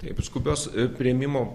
taip skubios priėmimo